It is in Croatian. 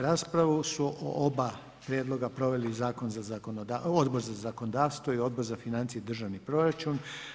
Raspravu su o oba Prijedloga proveli Odbor za zakonodavstvo i Odbor za financije i državni proračun.